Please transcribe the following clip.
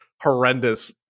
horrendous